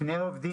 שני עובדים,